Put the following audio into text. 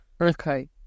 Okay